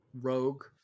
rogue